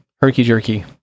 herky-jerky